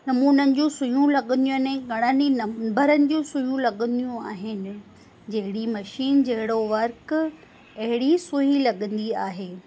नमूननि जूं सुयूं लॻंदियूं आहिनि घणनि ई नंबरनि जूं सुयूं लॻंदियूं आहिनि जहिड़ी मशीन जहिड़ो वर्क अहिड़ी सुई लॻंदी आहे